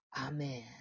Amen